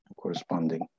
corresponding